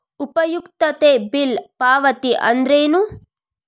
ಉಪಯುಕ್ತತೆ ಬಿಲ್ ಪಾವತಿ ಅಂದ್ರೇನು?